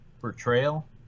portrayal